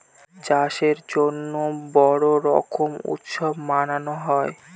চাষের জন্য বড়ো রকম উৎসব মানানো হয়